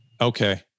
Okay